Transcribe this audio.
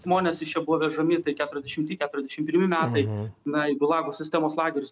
žmonės iš jo buvo vežami tai keturiasdešimi keturiasdešim pirmi metai na į gulago sistemos lagerius